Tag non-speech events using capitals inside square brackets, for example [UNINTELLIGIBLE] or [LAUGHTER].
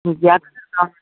మీకు ఏ [UNINTELLIGIBLE]